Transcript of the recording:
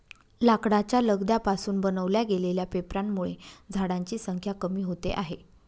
लाकडाच्या लगद्या पासून बनवल्या गेलेल्या पेपरांमुळे झाडांची संख्या कमी होते आहे